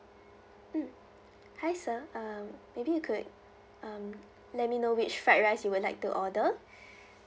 mm hi sir um maybe you could um let me know which fried rice you would like to order